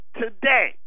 today